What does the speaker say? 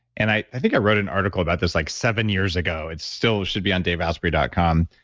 and i think i wrote an article about this like seven years ago. it's still should be on daveasprey dot com,